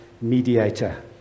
mediator